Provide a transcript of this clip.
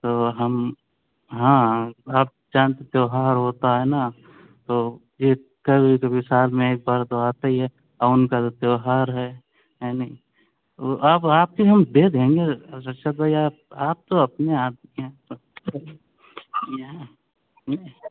تو ہم ہاں آپ جانتے تیوہار ہوتا ہے نا تو یہ کبھی کبھی سال میں ایک بار تو آتا ہی ہے اور ان کا تو تیوہار ہے ہے نہیں وہ آپ آپ کے ہم دے دیں گے ارشد بھائی آپ آپ تو اپنے آدمی ہیں